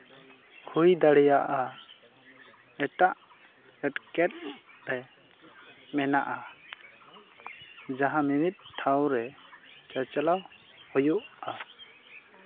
ᱦᱩᱭ ᱫᱟᱲᱮᱭᱟᱜᱼᱟ ᱮᱴᱟᱜ ᱮᱴᱠᱮᱴᱚᱬᱮ ᱨᱮ ᱢᱮᱱᱟᱜᱼᱟ ᱡᱟᱦᱟᱸ ᱢᱤᱢᱤᱫ ᱴᱷᱟᱶ ᱨᱮ ᱪᱟᱪᱞᱟᱣ ᱦᱩᱭᱩᱜᱼᱟ